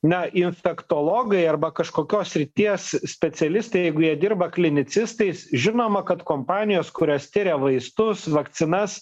na infektologai arba kažkokios srities specialistai jeigu jie dirba klinicistais žinoma kad kompanijos kurios tiria vaistus vakcinas